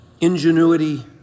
ingenuity